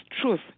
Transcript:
truth